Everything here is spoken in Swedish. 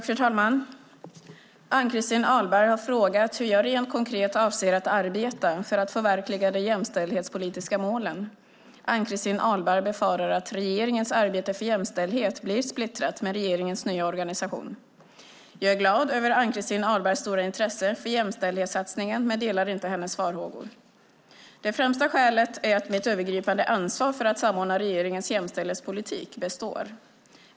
Fru talman! Ann-Christin Ahlberg har frågat hur jag rent konkret avser att arbeta för att förverkliga de jämställdhetspolitiska målen. Ann-Christin Ahlberg befarar att regeringens arbete för jämställdhet blir splittrat med regeringens nya organisation. Jag är glad över Ann-Christin Ahlbergs stora intresse för jämställdhetssatsningen men delar inte hennes farhågor. Det främsta skälet är att mitt övergripande ansvar för att samordna regeringens jämställdhetspolitik består.